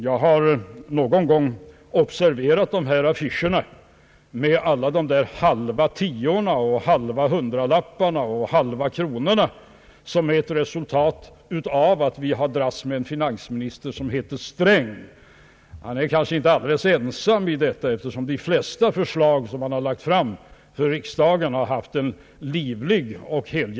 Jag har någon gång observerat affischerna med alla de där halva tiorna, halva hundralapparna och halva kronorna som är ett resultat av att vi har att dras med en finansminister som heter Sträng. Han är kanske inte alldeles ensam om ansvaret för detta, eftersom det har varit en livlig och hel.